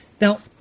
Now